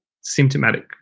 symptomatic